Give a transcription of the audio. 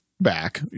back